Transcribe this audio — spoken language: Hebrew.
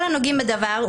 מכל הנוגעים בדבר,